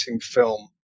film